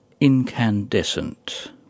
Incandescent